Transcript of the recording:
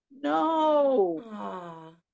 no